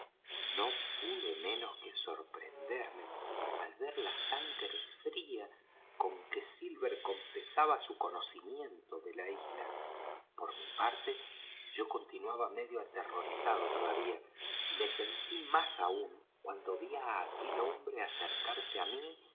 no pude menos que sorprenderme al ver la sangre fría con que silver confesaba su conocimiento de la isla por mi parte yo continuaba medio aterrorizado todavía y me sentí más aun cuando ví á aquel hombre acercarse á mí